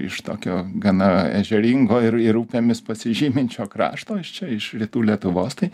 iš tokio gana ežeringo ir ir upėmis pasižyminčio krašto aš čia iš rytų lietuvos tai